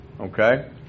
Okay